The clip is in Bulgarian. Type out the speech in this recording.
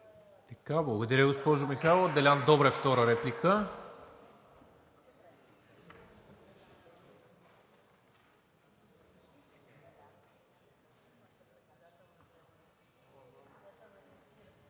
Благодаря, госпожо Михайлова. Делян Добрев – втора реплика.